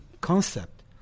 concept